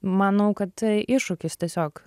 manau kad iššūkis tiesiog